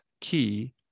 key